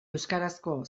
euskarazko